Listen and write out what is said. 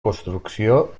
construcció